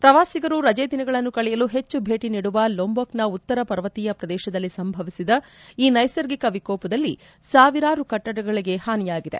ಪ್ರವಾಸಿಗರು ರಜೆದಿನಗಳನ್ನು ಕಳೆಯಲು ಹೆಚ್ಚು ಭೇಟಿ ನೀಡುವ ಲೊಂಬೊಕ್ನ ಉತ್ತರ ಪರ್ವತೀಯ ಪ್ರದೇಶದಲ್ಲಿ ಸಂಭವಿಸಿದ ಈ ನೈಸರ್ಗಿಕ ವಿಕೋಪದಲ್ಲಿ ಸಾವಿರಾರು ಕಟ್ಟಡಗಳಗೆ ಹಾನಿಯಾಗಿದೆ